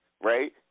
Right